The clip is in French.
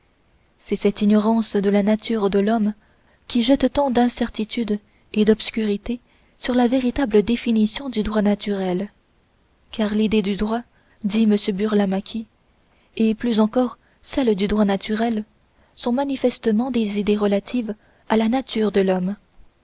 c'est cette ignorance de la nature de l'homme qui jette tant d'incertitude et d'obscurité sur la véritable définition du droit naturel car l'idée du droit dit m burlamaqui et plus encore celle du droit naturel sont manifestement des idées relatives à la nature de l'homme